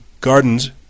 gardens